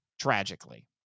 tragically